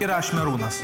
ir aš merūnas